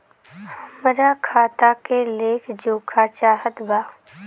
हमरा खाता के लेख जोखा चाहत बा?